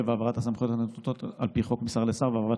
ולהעברת הסמכויות הנתונות על פי חוק משר לשר והעברת